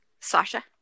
Sasha